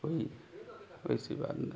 कोई वैसी बात नहीं